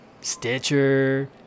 Stitcher